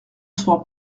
soir